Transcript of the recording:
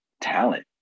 talent